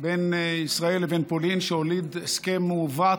בין ישראל לבין פולין, שהוליד הסכם מעוות,